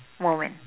moment